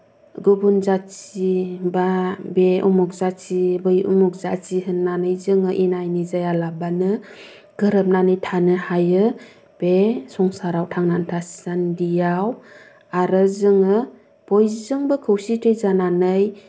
गुबुन जाति बा बे उमुक जाति बै उमुक जाति होननानै जोङो एना एनि जायालाबानो गोरोबनानै थानो हायो बे संसाराव थांनानै थासान्दिआव आरो जोङो बयजोंबो खौसेथि जानानै